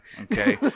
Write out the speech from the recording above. okay